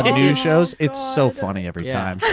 ah new shows. it's so funny every time.